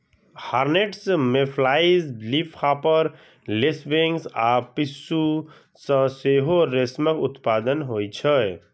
hornets, mayflies, leafhopper, lacewings आ पिस्सू सं सेहो रेशमक उत्पादन होइ छै